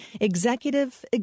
executive